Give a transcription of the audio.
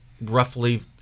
roughly